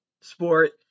sport